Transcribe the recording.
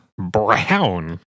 Brown